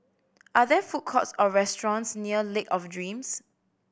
are there food courts or restaurants near Lake of Dreams